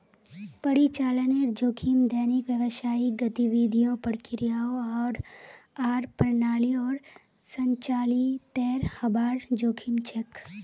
परिचालनेर जोखिम दैनिक व्यावसायिक गतिविधियों, प्रक्रियाओं आर प्रणालियोंर संचालीतेर हबार जोखिम छेक